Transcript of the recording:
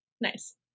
Nice